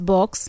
Box